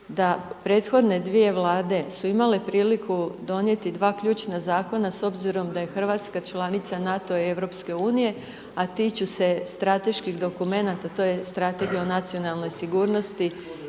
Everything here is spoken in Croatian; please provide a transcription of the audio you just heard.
da prethodne 2 vlade su imale priliku, donijeti 2 ključna zakona, s obzirom da je Hrvatska članica NATO i EU, a tiču se strateških dokumenata, tj. strategija o nacionalnoj sigurnosti